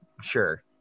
Sure